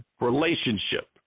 relationship